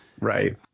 right